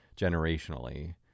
generationally